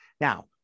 Now